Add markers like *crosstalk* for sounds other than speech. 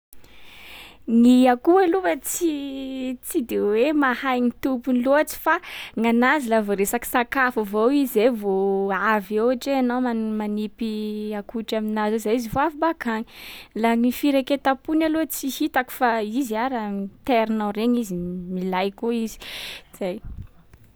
Ny akoho aloha tsy tsy de hoe mahay ny tompony loatsy fa ny anazy laha vao resaky sakafo avao izy zay izy vao avy eo. Ohatra hoe enao man- manipy akotry aminazy eo, zay izy vao avy bakagny. Laha ny firaketam-pony aloha tsy hitako fa izy ara tairinao regny izy *hesitation* milay koa izy. Zay.